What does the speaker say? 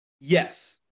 yes